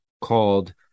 called